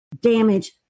damage